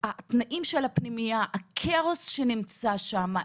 התנאים של הפנימייה, הכאוס שנמצא שם.